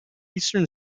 eastern